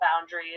boundaries